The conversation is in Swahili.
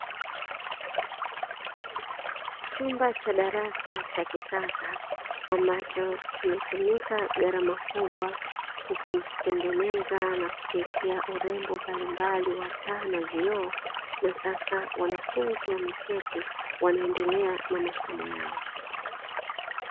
Chumba cha darasa cha kisasa ambacho kimetumika gharama kubwa kukitengeneza na kuwekea urembo mbalimbali wa taa na vioo, na sasa wanafunzi wameketi wanaendelea na masomo yao.